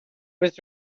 was